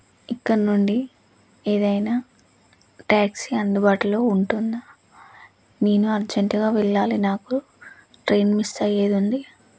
ఇక్కడ నుండి ఏదైనా ట్యాక్సీ అందుబాటులో ఉంటుందా నేను అర్జెంటుగా వెళ్ళాలి నాకు ట్రెయిన్ మిస్ అయ్యేదుంది